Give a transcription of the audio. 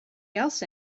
else